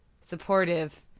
supportive